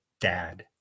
dad